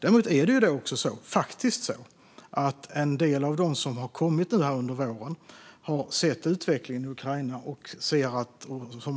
Däremot är det så att en del av dem som har kommit hit under våren och